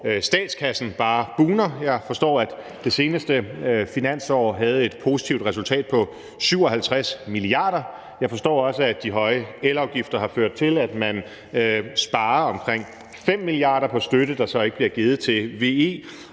statskassen bare bugner. Jeg forstår, at det seneste finansår havde et positivt resultat på 57 mia. kr., og jeg forstår også, at de høje elafgifter har ført til, at man sparer omkring 5 mia. kr. på støtte, der så ikke bliver givet til VE,